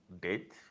date